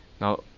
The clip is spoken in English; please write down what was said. Now